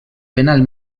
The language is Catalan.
penal